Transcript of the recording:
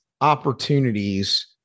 opportunities